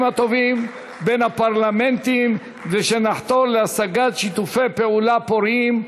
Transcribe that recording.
הטובים בין הפרלמנטים ונחתור להשגת שיתופי פעולה פוריים.